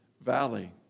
Valley